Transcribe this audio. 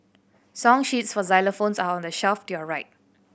song sheets for xylophones are on the shelf to your right